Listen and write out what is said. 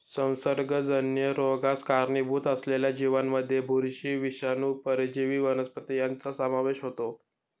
संसर्गजन्य रोगास कारणीभूत असलेल्या जीवांमध्ये बुरशी, विषाणू, परजीवी वनस्पती यांचा समावेश होतो